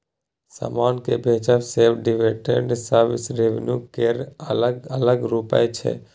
समान केँ बेचब, सेबा, डिविडेंड सब रेवेन्यू केर अलग अलग रुप छै